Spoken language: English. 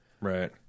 Right